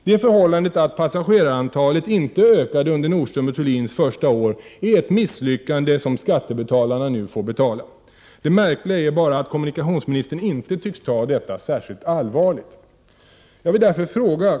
Det förhållandet att passagerarantalet inte ökade under Nordström & Thulins första år är ett misslyckande som skattebetalarna nu får betala. Det märkliga är bara att kommuikationsministern inte tycks ta detta särskilt allvarligt.